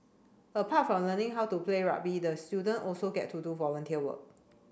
apart from learning how to play rugby the student also get to do volunteer work